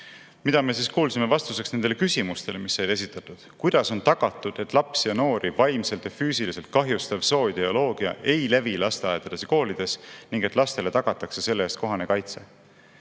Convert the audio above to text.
mida me siis kuulsime vastuseks nendele küsimustele, mis sai esitatud. Kuidas on tagatud, et lapsi ja noori vaimselt ja füüsiliselt kahjustav sooideoloogia ei levi lasteaedades ja koolides ning et lastele tagatakse selle eest kohane kaitse?